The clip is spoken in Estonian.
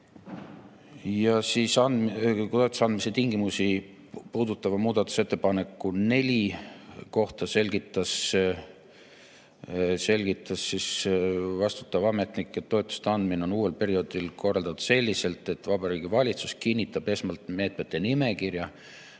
ei kiitnud. Toetuse andmise tingimusi puudutavat muudatusettepanekut nr 4 [kommenteerides] selgitas vastutav ametnik, et toetuste andmine on uuel perioodil korraldatud selliselt, et Vabariigi Valitsus kinnitab esmalt meetmete nimekirja,